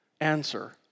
Answer